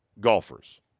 golfers